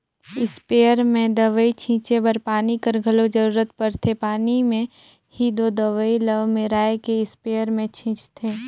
sprayer में दवई छींचे बर पानी कर घलो जरूरत परथे पानी में ही दो दवई ल मेराए के इस्परे मे छींचथें